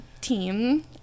team